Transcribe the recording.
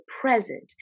present